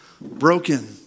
Broken